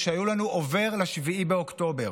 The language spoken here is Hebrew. ושהיו לנו עובר ל-7 באוקטובר,